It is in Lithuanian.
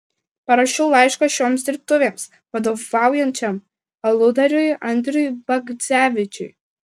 parašiau laišką šioms dirbtuvėms vadovaujančiam aludariui andriui bagdzevičiui